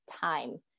time